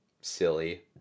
Silly